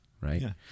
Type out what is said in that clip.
right